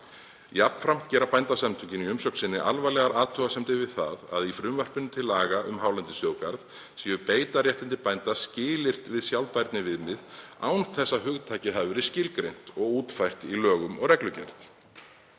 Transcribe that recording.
Jafnframt gera Bændasamtökin í umsögn sinni alvarlegar athugasemdir við það að í frumvarpi til laga um Hálendisþjóðgarð séu beitarréttindi bænda skilyrt við sjálfbærniviðmið án þess að hugtakið hafi verið skilgreint og útfært í lögum og reglugerð.